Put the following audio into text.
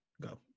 go